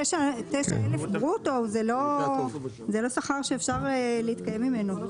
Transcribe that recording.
9,000 ברוטו, זה לא שכר שאפשר להתקיים ממנו.